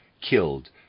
killed